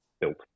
built